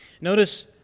Notice